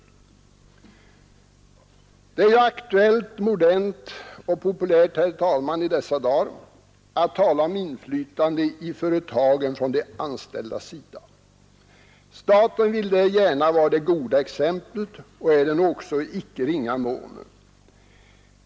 Det är ju aktuellt, modernt och populärt i dessa dagar att tala om inflytande i företagen från de anställdas sida. Staten vill där gärna vara det goda exemplet och är det nog också i icke ringa mån.